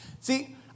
See